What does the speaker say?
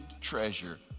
treasure